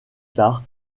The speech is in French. tard